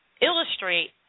illustrate